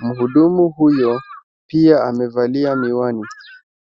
Mhudumu huyo pia amevalia miwani.